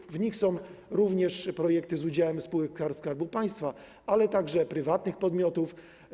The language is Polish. Są wśród nich również projekty z udziałem spółek Skarbu Państwa, ale także prywatnych podmiotów.